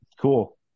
cool